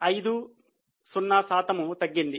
50 శాతము తగ్గింది